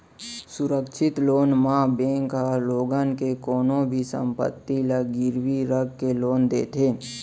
सुरक्छित लोन म बेंक ह लोगन के कोनो भी संपत्ति ल गिरवी राख के लोन देथे